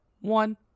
one